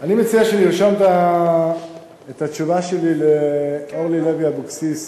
אני מציע שנרשום את התשובה שלי לאורלי לוי אבקסיס